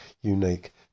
unique